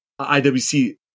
IWC